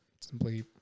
simply